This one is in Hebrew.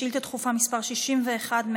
שאילתה דחופה מס' 61,